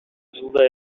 жылдай